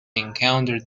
encounter